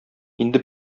инде